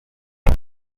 jody